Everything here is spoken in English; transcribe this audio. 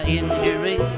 injury